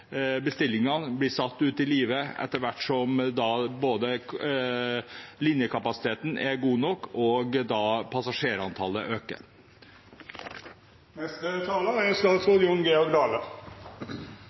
bestillingene blir satt ut i livet etter hvert som linjekapasiteten er god nok og